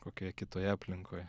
kokioje kitoje aplinkoje